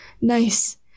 nice